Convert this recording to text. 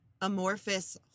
amorphous